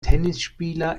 tennisspieler